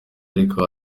ariko